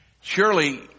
Surely